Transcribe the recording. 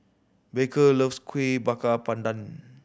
Baker loves Kueh Bakar Pandan